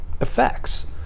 effects